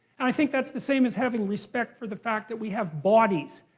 and i think that's the same as having respect for the fact that we have bodies.